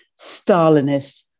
Stalinist